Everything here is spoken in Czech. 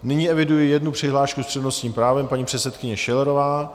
Nyní eviduji jednu přihlášku s přednostním právem paní předsedkyně Schillerová.